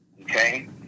okay